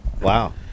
wow